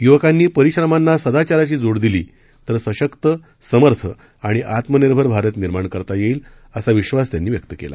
युवकांनी परिश्रमांना सदाचाराची जोड दिली तर सशक्त समर्थ आणि आत्मनिर्भर भारत निर्माण करता येईल असा विश्वास त्यांनी व्यक्त केला